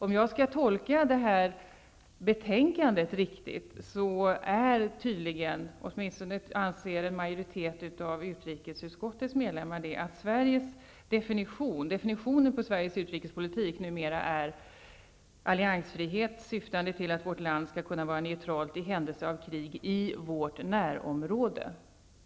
Om jag tolkar betänkandet riktigt, så anser åtminstone en majoritet av utrikesutskottets ledamöter att definitionen på Sveriges utrikespolitik numera är alliansfrihet, syftande till att vårt land skall kunna vara neutralt i händelse av krig i vårt närområde.